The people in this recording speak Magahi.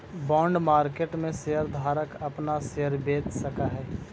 बॉन्ड मार्केट में शेयर धारक अपना शेयर बेच सकऽ हई